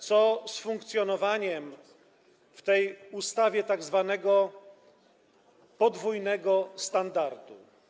Co z funkcjonowaniem w tej ustawie tzw. podwójnych standardów?